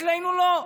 אצלנו לא.